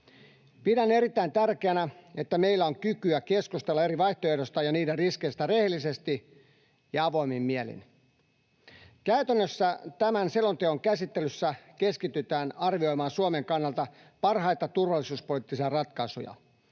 Pidän erittäin tärkeänä, että meillä on kykyä keskustella eri vaihtoehdoista ja niiden riskeistä rehellisesti ja avoimin mielin. Käytännössä tämän selonteon käsittelyssä keskitytään arvioimaan Suomen kannalta parhaita turvallisuuspoliittisia ratkaisuja: